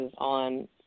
on